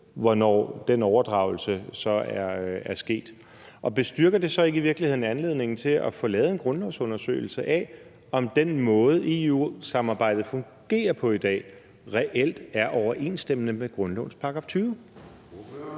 hvornår den overdragelse så er sket. Bestyrker det så ikke i virkeligheden anledningen til at få lavet en grundlovsundersøgelse af, om den måde, EU-samarbejdet fungerer på i dag, reelt er i overensstemmende med grundlovens § 20?